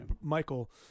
Michael